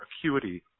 acuity